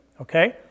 okay